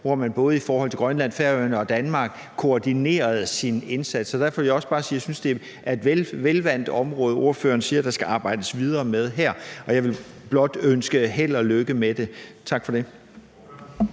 hvor man både i forhold til Grønland, Færøerne og Danmark koordinerede sin indsats. Derfor vil jeg også bare sige, at jeg synes, det er et velvalgt område, som ordføreren siger der skal arbejdes videre med her. Og jeg vil blot ønske held og lykke med det. Tak for det.